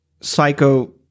psycho